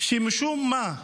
שמשום מה,